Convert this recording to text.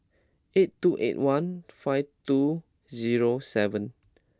eight two eight one five two zero seven